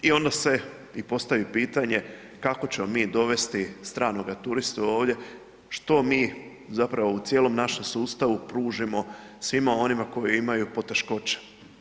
I onda se i postavi pitanje kako ćemo mi dovesti stranoga turista ovdje, što mi zapravo u cijelom našem sustavu pružimo svima onima koji imaju poteškoća.